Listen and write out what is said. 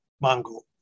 Mongol